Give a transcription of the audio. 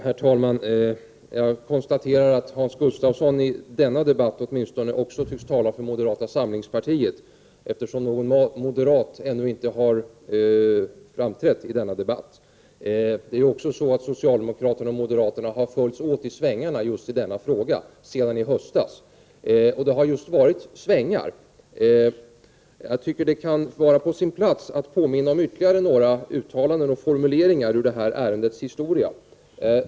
Herr talman! Jag konstaterar att Hans Gustafsson i denna debatt åtminstone tycks tala också för moderata samlingspartiet, eftersom någon moderat ännu inte har framträtt i denna debatt. Just i denna fråga har socialdemokraterna och moderaterna sedan i höstas följts åt i svängarna. Det har just varit svängar. Jag tycker att det kan vara på sin plats att påminna om ytterligare några uttalanden och formuleringar ur det här ärendets historia.